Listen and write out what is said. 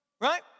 right